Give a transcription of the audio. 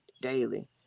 daily